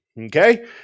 okay